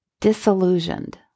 disillusioned